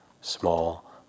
Small